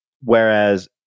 Whereas